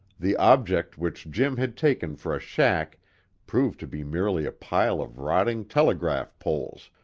the object which jim had taken for a shack proved to be merely a pile of rotting telegraph poles,